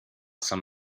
some